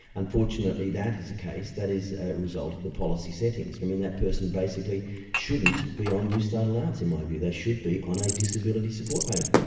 unfortunately that is a case, that is a result of the policy settings, i mean that person basically shouldn't be on new start allowance in my view, they should be on a disability support payment.